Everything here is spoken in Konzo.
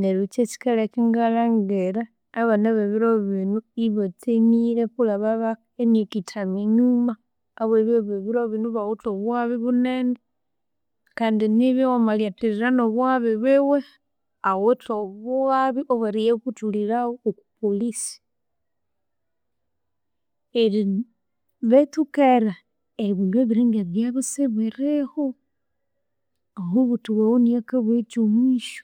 Neryu kyekyikaleka ingalangira abana bebiro binu ibatsemire kulenga ababa emyaka ithanu enyuma habweribya abebirobinu bawithe obughabe bunene kandi nibya wamalyathirira nobughabe bwiwe, awithe obughabe obweriyakuthulirawu okwa police. Eri bethu kera ebindu ebiringa ebi byabyasibirihu, omubuthi wawu iniyokabugha ekyomwisyo